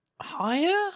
higher